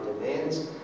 demands